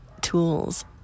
tools